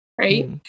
right